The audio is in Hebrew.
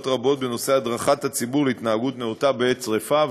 רבות בנושא הדרכת הציבור להתנהגות נאותה בעת שרפה.